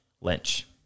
Lynch